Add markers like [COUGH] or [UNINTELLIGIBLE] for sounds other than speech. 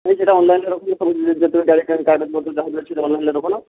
ହଉ ସେଇଟା ଅନଲାଇନ୍ରେ ରଖି ଦେଇଥାନ୍ତୁ [UNINTELLIGIBLE] କାର୍ଡ଼୍ ଅଛି ମୋତେ ଯାହାବି ଅଛି ସେଟା ଅନଲାଇନ୍ରେ ଦେଖଉନ